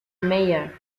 mayer